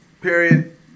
Period